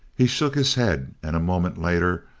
he shook his head and a moment later,